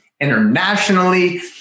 internationally